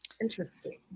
Interesting